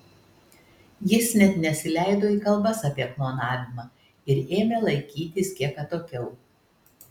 jis net nesileido į kalbas apie klonavimą ir ėmė laikytis kiek atokiau